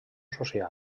social